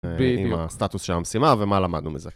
עם הסטטוס שהמשימה ומה למדנו מזה.